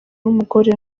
n’umugore